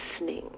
listening